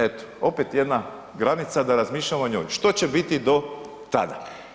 Eto opet jedna granica da razmišljamo o njoj što će biti do tada.